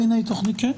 כן.